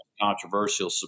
controversial